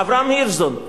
אברהם הירשזון,